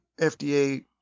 FDA